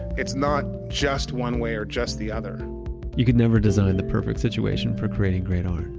it's not just one way or just the other you could never design the perfect situation for creating great art.